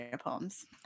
poems